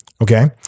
okay